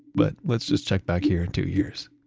but let's just check back here in two years